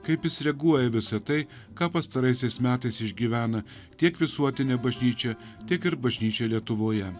kaip jis reaguoja į visa tai ką pastaraisiais metais išgyvena tiek visuotinė bažnyčia tiek ir bažnyčia lietuvoje